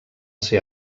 ser